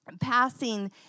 passing